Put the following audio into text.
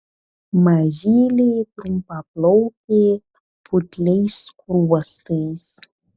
mažylė trumpaplaukė putliais skruostais